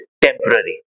temporary